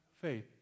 faith